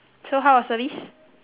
so how was service